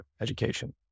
education